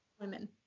Women